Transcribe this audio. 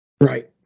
Right